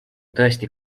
tõesti